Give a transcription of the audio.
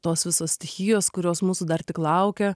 tos visos stichijos kurios mūsų dar tik laukia